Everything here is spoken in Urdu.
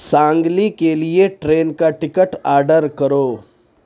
سانگلی کے لیے ٹرین کا ٹکٹ آرڈر کرو